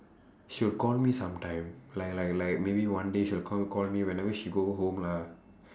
she'll call me sometime like like like maybe one day she'll come call me whenever she go home lah